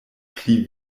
pli